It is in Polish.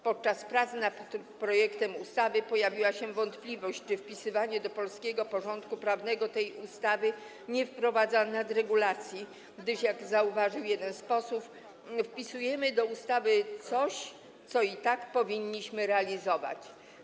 Podczas prac nad tym projektem ustawy pojawiła się wątpliwość, czy wpisywanie do polskiego porządku prawnego tej ustawy nie wprowadza nadregulacji, gdyż - jak zauważył jeden z posłów - wpisujemy do ustawy coś, co i tak powinniśmy realizować.